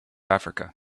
africa